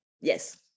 Yes